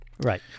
Right